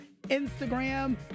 Instagram